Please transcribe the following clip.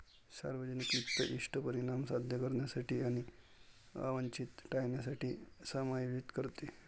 सार्वजनिक वित्त इष्ट परिणाम साध्य करण्यासाठी आणि अवांछित टाळण्यासाठी समायोजित करते